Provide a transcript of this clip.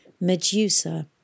Medusa